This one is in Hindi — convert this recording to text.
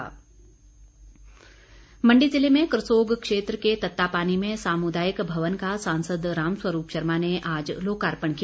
राम स्वरूप मण्डी जिले में करसोग क्षेत्र के तत्तापानी में सामुदायिक भवन का सांसद राम स्वरूप शर्मा ने आज लोकार्पण किया